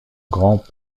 grand